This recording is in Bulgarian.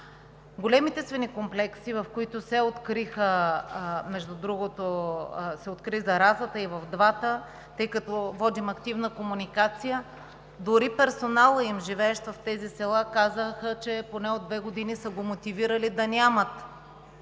големи свинекомплекса, в които се откри заразата – тъй като водим активна комуникация, дори персоналът им, живеещ в тези села, казаха, че поне от две години са го мотивирали да нямат